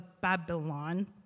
Babylon